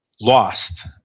lost